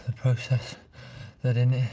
process that in.